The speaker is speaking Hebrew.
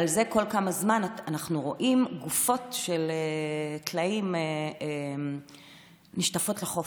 אנחנו רואים לפעמים גופות של טלאים שנשטפות לחוף.